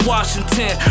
Washington